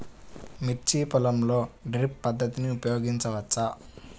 మిర్చి పొలంలో డ్రిప్ పద్ధతిని ఉపయోగించవచ్చా?